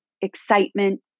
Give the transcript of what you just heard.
excitement